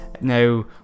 Now